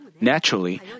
Naturally